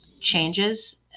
changes